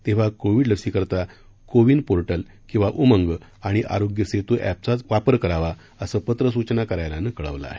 तेव्हा कोविड लसीकरता CoWIN portal किंवा उमंग आणि आरोग्य सेतू एपचाच वापर करावा असं पत्र सूचना कार्यालयानं कळवलं आहे